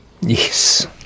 Yes